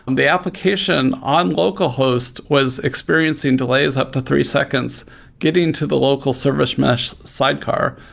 and the application on local hosts was experiencing delays up to three seconds getting to the local service mesh sidecar.